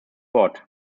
fort